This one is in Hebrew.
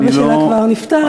ואבא שלה כבר נפטר,